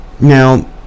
now